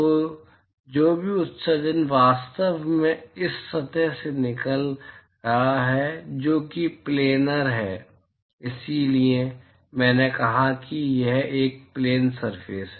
तो जो भी उत्सर्जन वास्तव में इस सतह से निकल रहा है जो कि प्लेनर है इसलिए मैंने कहा कि यह एक प्लेन सरफेस है